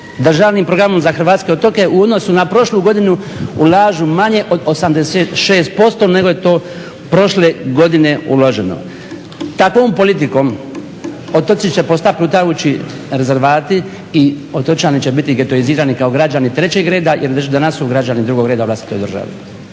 Državnim programom za hrvatske otoke u odnosu na prošlu godinu ulažu manje od 86% nego je to prošle godine uloženo. Takvom politikom otoci će postati plutajući rezervati i otočani će biti getoizirani kao građani trećeg reda jer već danas su građani drugog reda u vlastitoj državi.